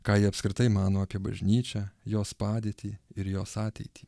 ką jie apskritai mano apie bažnyčią jos padėtį ir jos ateitį